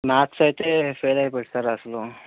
maths అయితే ఫెయిలైపోయాడు sir అసలు